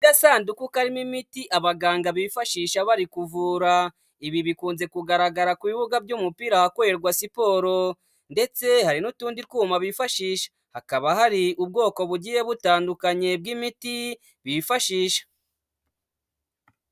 Ni agagasanduku karimo imiti abaganga bifashisha bari kuvura, ibi bikunze kugaragara ku bibuga by'umupira ahakorerwa siporo ndetse hari n'utundi twuma bifashisha, hakaba hari ubwoko bugiye butandukanye bw'imiti bifashisha.